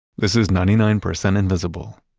this is ninety nine percent invisible.